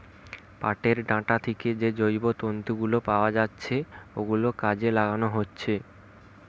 পাটের ডাঁটা থিকে যে জৈব তন্তু গুলো পাওয়া যাচ্ছে ওগুলো কাজে লাগানো হচ্ছে